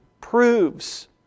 proves